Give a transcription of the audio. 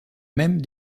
même